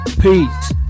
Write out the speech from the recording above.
Peace